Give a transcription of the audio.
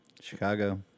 Chicago